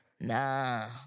Nah